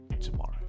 tomorrow